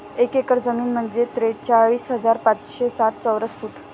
एक एकर जमीन म्हणजे त्रेचाळीस हजार पाचशे साठ चौरस फूट